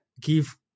Give